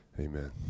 Amen